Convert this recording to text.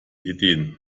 ideen